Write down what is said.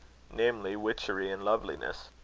namely, witchery and loveliness.